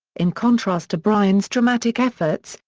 in contrast to bryan's dramatic efforts,